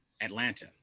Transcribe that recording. Atlanta